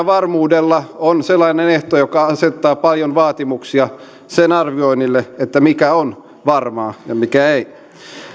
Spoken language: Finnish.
varmuudella on sellainen ehto joka asettaa paljon vaatimuksia sen arvioinnille mikä on varmaa ja mikä ei